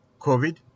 covid